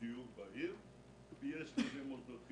המצב כל כך קשה ביישוב, אי אפשר להרים את הראש.